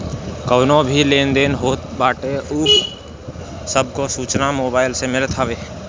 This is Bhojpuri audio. कवनो भी लेन देन होत बाटे उ सब के सूचना मोबाईल में मिलत हवे